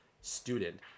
Student